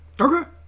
Okay